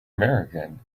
american